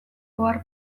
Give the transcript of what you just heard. ohar